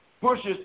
pushes